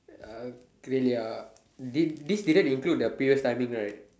uh really ah this period is good the period timing right